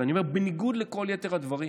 אבל בניגוד לכל יתר הדברים,